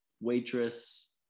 waitress